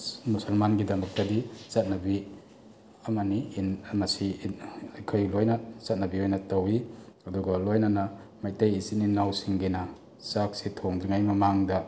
ꯃꯨꯁꯜꯃꯥꯟꯒꯤ ꯗꯃꯛꯇꯗꯤ ꯆꯠꯅꯕꯤ ꯑꯃꯅꯤ ꯃꯁꯤ ꯑꯩꯈꯣꯏ ꯂꯣꯏꯅ ꯆꯠꯅꯕꯤ ꯑꯣꯏꯅ ꯇꯧꯏ ꯑꯗꯨꯒ ꯂꯣꯏꯅꯅ ꯃꯩꯇꯩ ꯏꯆꯤꯟ ꯏꯅꯥꯎꯁꯤꯡꯒꯤꯅ ꯆꯥꯛꯁꯤ ꯊꯣꯡꯗ꯭ꯔꯤꯉꯩ ꯃꯃꯥꯡꯗ